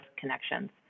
connections